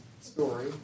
story